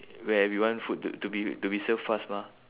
where we want food to to be to be serve fast mah